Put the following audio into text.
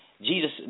Jesus